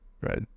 right